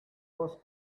was